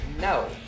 no